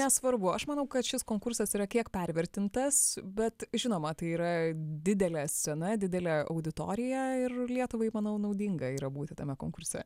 nesvarbu aš manau kad šis konkursas yra kiek pervertintas bet žinoma tai yra didelė scena didelė auditorija ir lietuvai manau naudinga yra būti tame konkurse